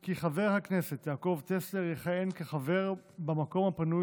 כי חבר הכנסת יעקב טסלר יכהן כחבר במקום הפנוי